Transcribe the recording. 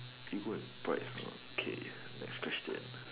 ego and pride okay next question